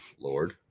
Lord